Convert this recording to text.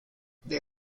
they